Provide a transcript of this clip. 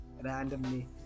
randomly